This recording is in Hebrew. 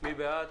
מי בעד?